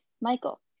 michael